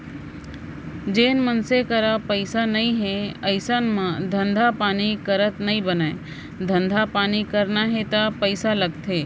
जेन मनसे करा पइसा नइ हे अइसन म धंधा पानी करत नइ बनय धंधा पानी करना हे ता पइसा लगथे